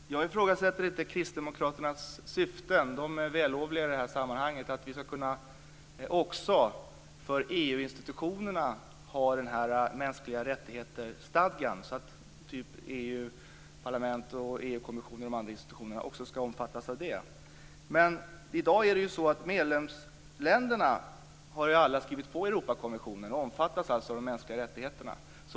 Fru talman! Jag ifrågasätter inte kristdemokraternas syften. Det är vällovligt att vi också för EU institutionerna skall kunna ha en stadga om mänskliga rättigheter, så att EU-parlamentet, EU kommissionen och de andra institutionerna också skall omfattas av det. Men i dag har ju alla medlemsländer skrivit på Europakonventionen och omfattas alltså av de mänskliga rättigheterna.